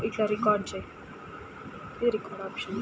కూలీగ లెన్నున్న రాణిగ లెక్క మంచి గుడ్లు పెట్టలేవు కదా అంతా నష్టమే